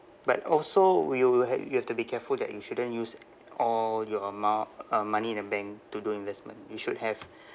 but also you will have you have to be careful that you shouldn't use all your amount uh money in the bank to do investment you should have